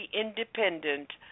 independent